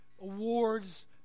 awards